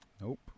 Nope